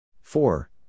Four